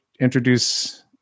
introduce